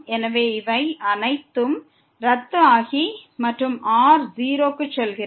எனவே இவை அனைத்தும் ரத்து ஆகி மற்றும் r 0 க்கு செல்கிறது